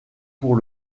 pour